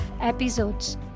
episodes